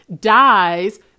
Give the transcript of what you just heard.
dies